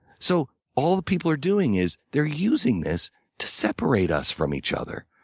so all the people are doing is they're using this to separate us from each other.